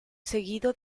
seguido